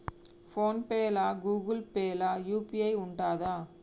Phone pay లా Google Pay లా UPI ఉంటదా?